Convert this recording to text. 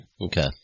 Okay